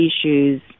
issues